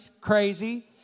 crazy